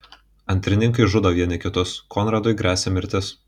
antrininkai žudo vieni kitus konradui gresia mirtis